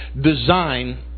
design